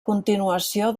continuació